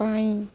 ପାଇଁ